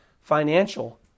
financial